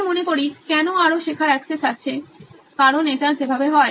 আমি মনে করি কেনো আরো শেখার অ্যাক্সেস আছে কারণ এটা যেভাবে হয়